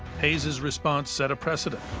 hayes's response set a precedent.